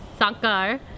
Sankar